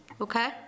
Okay